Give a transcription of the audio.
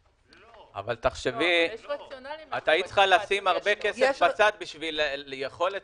את היית צריכה לשים הרבה כסף בצד בשביל היכולת